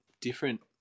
different